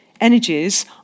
Energies